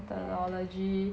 meh